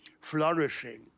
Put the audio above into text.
flourishing